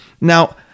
Now